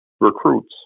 recruits